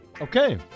Okay